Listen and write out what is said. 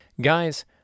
Guys